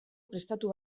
prestatu